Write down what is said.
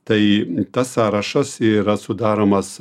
tai tas sąrašas yra sudaromas